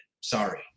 sorry